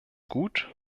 gut